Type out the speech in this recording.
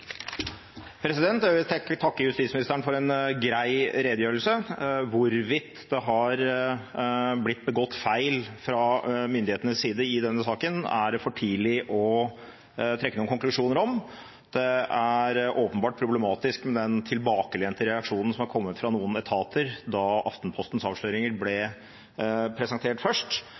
Jeg vil takke justisministeren for en grei redegjørelse. Hvorvidt det har blitt begått feil fra myndighetenes side i denne saken, er det for tidlig å trekke noen konklusjoner om. Det er åpenbart problematisk med den tilbakelente reaksjonen som kom fra noen etater da Aftenpostens avsløringer ble presentert først,